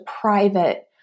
private